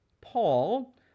Paul